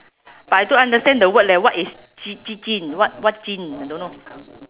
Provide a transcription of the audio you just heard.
but I don't understand the word leh what is ji ji jin what what jin I don't know